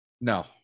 No